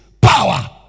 power